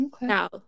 Now